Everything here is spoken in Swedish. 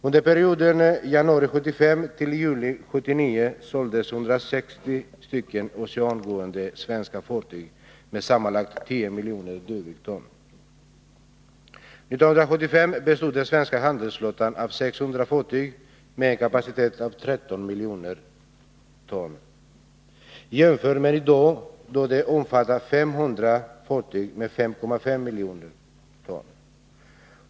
Under perioden januari 1975 till juli 1979 såldes 160 oceangående svenska fartyg på sammanlagt 10 miljoner ton dw. År 1975 bestod den svenska handelsflottan av 600 fartyg med en kapacitet av 13 miljoner ton dw, jämfört medi dag då den omfattar 500 fartyg om 5,5 miljoner ton dw.